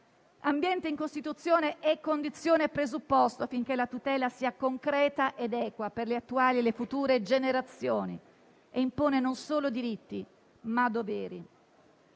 Ambiente in Costituzione è condizione e presupposto affinché la tutela sia concreta ed equa per le attuali e le future generazioni e impone non solo diritti, ma doveri.